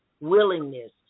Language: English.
willingness